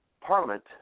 Parliament